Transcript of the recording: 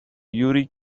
یوری